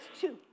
two